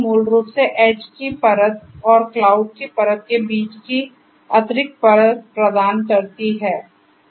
मूल रूप से एड्ज की परत और क्लाउड की परत के बीच एक अतिरिक्त परत प्रदान करती है